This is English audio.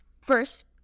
first